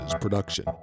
production